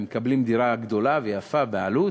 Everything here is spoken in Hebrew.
הם מקבלים דירה גדולה ויפה במחיר העלות